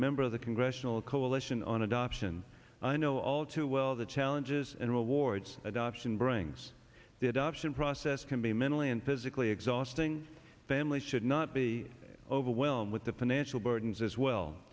member of the congressional coalition on adoption i know all too well the challenges and rewards adoption brings the adoption process can be mentally and physically exhausting families should not be overwhelmed with the financial burdens as well